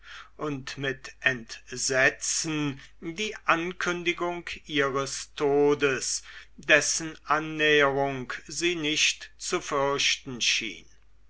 und mit entsetzen die ankündigung ihres todes dessen annäherung sie nicht zu fürchten schien